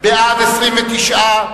בעד, 29,